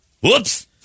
Whoops